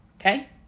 Okay